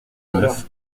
neuf